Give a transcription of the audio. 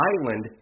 island